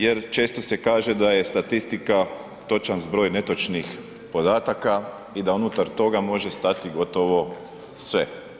Jer često se kaže da je statistika točan zbroj netočnih podataka i da unutar toga može stati gotovo sve.